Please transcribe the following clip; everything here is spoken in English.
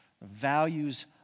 Values